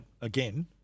again